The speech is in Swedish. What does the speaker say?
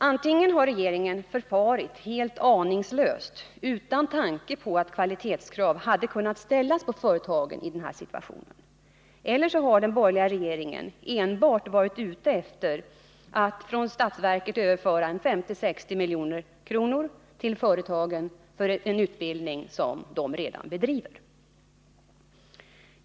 Antingen har regeringen förfarit helt aningslöst utan tanke på att kvalitetskrav hade kunnat ställas på företagen, eller också har den borgerliga regeringen enbart varit ute efter att från statsverket överföra 50-60 milj.kr. till företagen för en utbildning som de redan bedriver.